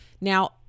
now